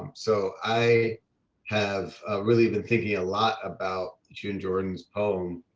um so i have really been thinking a lot about june jordan's poem